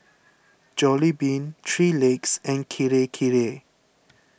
Jollibean three Legs and Kirei Kirei